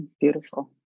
Beautiful